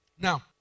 Now